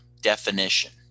definition